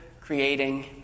creating